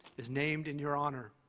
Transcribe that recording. is named in your honor.